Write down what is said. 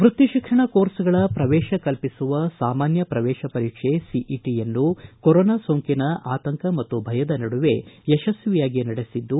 ವೃತ್ತಿ ಶಿಕ್ಷಣ ಕೋರ್ಸ್ಗಳ ಪ್ರವೇಶ ಕಲಿಸುವ ಸಾಮಾನ್ಯ ಪ್ರವೇಶ ಪರೀಕ್ಷೆ ಸಿಇಟಿಯನ್ನು ಕೊರೊನಾ ಸೋಂಕಿನ ಆತಂಕ ಮತ್ತು ಭಯದ ನಡುವೆ ಯಶಸ್ವಿಯಾಗಿ ನಡೆಸಿದ್ದು